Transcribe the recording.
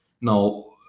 Now